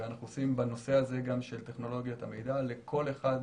אנחנו עושים בנושא הזה של טכנולוגיות המידע לכל אחת